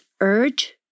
urge